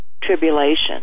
tribulation